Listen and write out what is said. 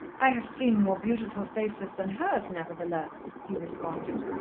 i have seen more beautiful faces than hers, nevertheless, he responded.